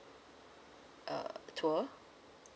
uh tour